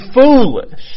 foolish